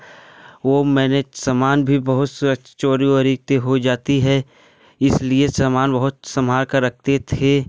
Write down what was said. वह मैंने सामान भी बहुस सुरछ चोरी हो वोरी तो हो जाती है इसलिए सामान बहुत संभाल कर रखते थे